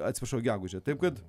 apsiprašau gegužę taip kad